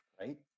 Right